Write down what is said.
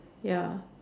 ya